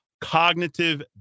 cognitive